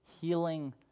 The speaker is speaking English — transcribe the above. healing